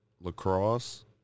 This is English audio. lacrosse